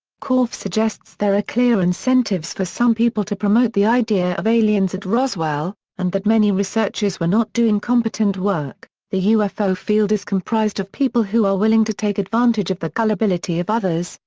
korff suggests there are clear incentives for some people to promote the idea idea of aliens at roswell, and that many researchers were not doing competent work the ufo field is comprised of people who are willing to take advantage of the gullibility of others,